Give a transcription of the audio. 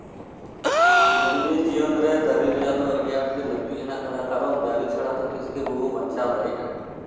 ᱢᱟᱹᱱᱢᱤ ᱡᱤᱭᱚᱱᱨᱮ ᱫᱟᱨᱮᱹ ᱨᱮᱭᱟᱜ ᱫᱚ ᱟᱹᱰᱤ ᱟᱸᱴᱜᱮ ᱞᱟᱹᱠᱛᱤ ᱢᱮᱱᱟᱜᱼᱟ ᱠᱟᱨᱚᱱ ᱫᱟᱨᱮ ᱪᱷᱟᱲᱟ ᱫᱚ ᱛᱤᱥᱜᱮ ᱵᱟᱵᱚᱱ ᱵᱟᱧᱪᱟᱣ ᱫᱟᱲᱮᱭᱟᱜᱼᱟ